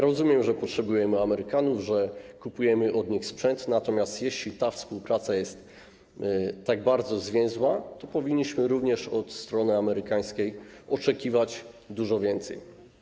Rozumiem, że potrzebujemy Amerykanów, że kupujemy od nich sprzęt, natomiast jeśli ta współpraca jest tak bardzo wiążąca, to powinniśmy również od strony amerykańskiej oczekiwać dużo więcej.